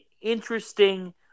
interesting